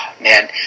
man